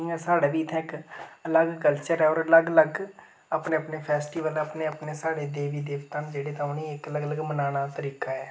इ'यां साढ़ै बी इत्थै इक अलग कल्चर ऐ होर अलग अलग अपने अपने फैस्टीबल अपने अपने साढ़े देवी देवता न जेह्ड़े तां उ'नेंई इक अलग अलग मनाने दा तरीका ऐ